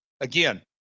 again